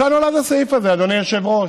מתי נולד הסעיף הזה, אדוני היושב-ראש?